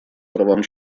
правам